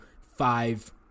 five